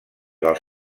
dels